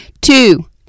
Two